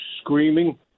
screaming